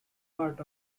part